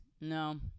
No